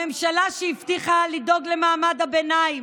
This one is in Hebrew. הממשלה שהבטיחה לדאוג למעמד הביניים,